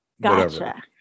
gotcha